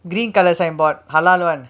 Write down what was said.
green colour signboard halal [one]